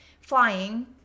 Flying